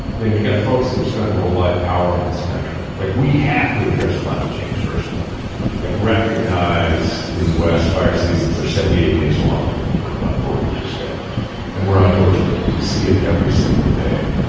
know you've got folks who've spent their whole life powering this country like we have to address climate change. first of all i like recognize in the west fire seasons are seventy eight days and longer than they were about forty years ago and we're outdoors. we see it every single day.